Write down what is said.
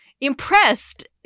impressed